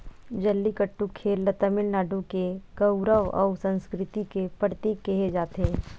जल्लीकट्टू खेल ल तमिलनाडु के गउरव अउ संस्कृति के परतीक केहे जाथे